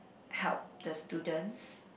help the students